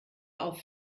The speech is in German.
auf